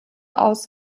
aus